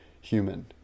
human